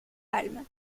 palmes